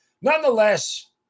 nonetheless